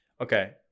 Okay